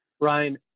Ryan